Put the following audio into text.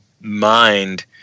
mind